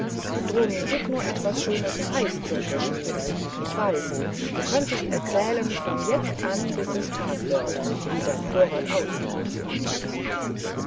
drum gib nur etwas schönes preis zirkelschmidt ich weiß du könntest erzählen von jetzt an bis es tag wird ehe dein vorrat ausginge